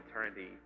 eternity